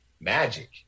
magic